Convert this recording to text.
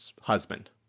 husband